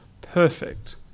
perfect